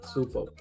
Super